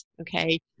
okay